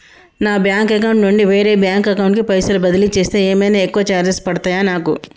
నా bank account నుండి వేరే బ్యాంక్ అకౌంట్ కి పైసల్ బదిలీ చేస్తే ఏమైనా ఎక్కువ చార్జెస్ పడ్తయా నాకు?